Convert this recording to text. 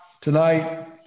tonight